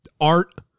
art